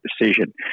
decision